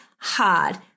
hard